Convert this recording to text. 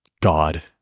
God